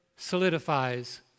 solidifies